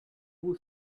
who